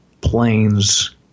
plane's